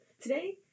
Today